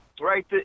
right